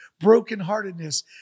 brokenheartedness